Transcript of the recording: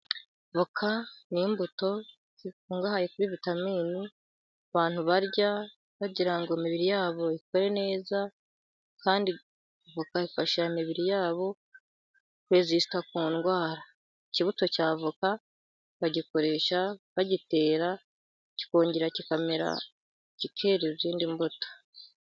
Voka ni imbuto zikungahaye kuri vitamini abantu barya bagira ngo imibiri yabo ikore neza kandi voka ifasha imibiri yabo kurezisita ku ndwara. Ikibuto cya avoka bagikoresha bagitera kikongera kikamera kikera izindi mbuto.